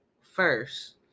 first